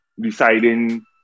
deciding